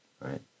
right